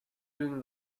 doing